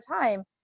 time